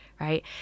right